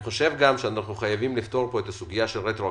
לפני שנים רבות.